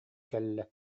кэллэ